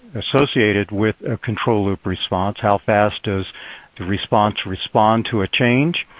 associated with ah control loop response. how fast does the response respond to a change?